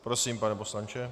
Prosím, pane poslanče.